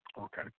Okay